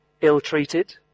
Ill-treated